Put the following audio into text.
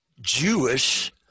Jewish